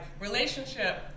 relationship